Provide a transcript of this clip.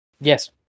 yes